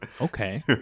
Okay